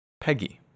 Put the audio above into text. Peggy